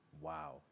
Wow